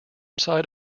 side